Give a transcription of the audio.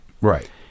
Right